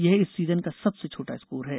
यह इस सीजन का सबसे छोटा स्कोर है